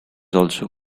also